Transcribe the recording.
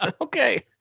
Okay